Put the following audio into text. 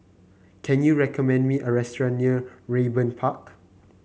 can you recommend me a restaurant near Raeburn Park